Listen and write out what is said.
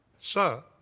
Sir